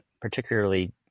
particularly